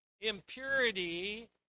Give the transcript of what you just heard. impurity